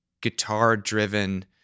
guitar-driven